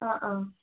ആ ആ